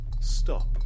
stop